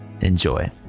Enjoy